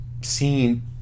seen